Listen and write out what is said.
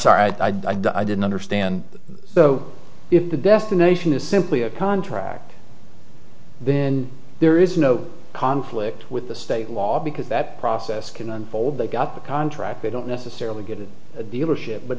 sorry i didn't understand so if the destination is simply a contract been there is no conflict with the state law because that process can unfold they got the contract they don't necessarily get the dealership but